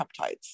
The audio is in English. peptides